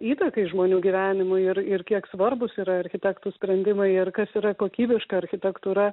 įtakai žmonių gyvenimui ir ir kiek svarbūs yra architektų sprendimai ir kas yra kokybiška architektūra